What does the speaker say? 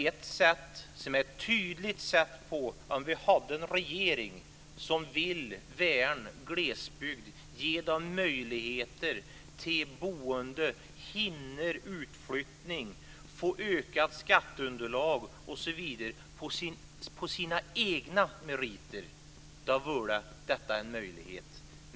Detta hade varit ett tydligt sätt att agera för en regering som hade velat värna glesbygd, ge invånarna möjligheter till boende, hindra utflyttning, få ökat skatteunderlag osv. på sina egna meriter. Då hade detta varit en möjlighet.